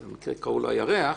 הירח,